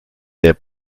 der